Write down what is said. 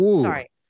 Sorry